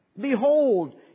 behold